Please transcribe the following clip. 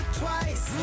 twice